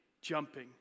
jumping